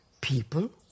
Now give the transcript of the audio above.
people